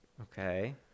Okay